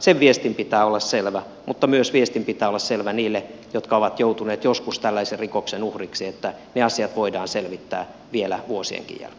sen viestin pitää olla selvä mutta viestin pitää olla selvä myös niille jotka ovat joutuneet joskus tällaisen rikoksen uhriksi että ne asiat voidaan selvittää vielä vuosienkin jälkeen